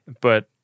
But-